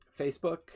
facebook